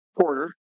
Porter